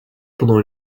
pendant